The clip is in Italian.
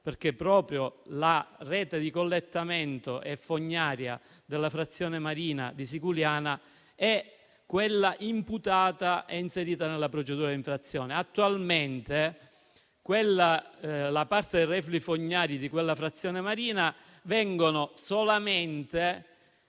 che proprio la rete di collettamento e fognaria della frazione marina di Siculiana è quella imputata ed inserita nella procedura di infrazione. Attualmente, la parte dei reflui fognari di quella frazione viene solamente